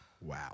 wow